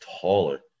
taller